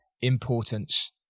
importance